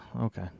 Okay